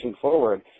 forward